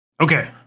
Okay